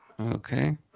Okay